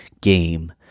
Game